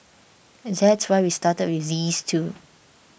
that's why we started with these two